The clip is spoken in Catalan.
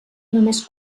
només